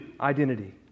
identity